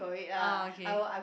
ah okay